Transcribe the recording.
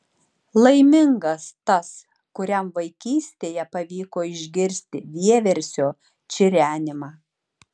laimingas tas kuriam vaikystėje pavyko išgirsti vieversio čirenimą